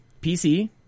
PC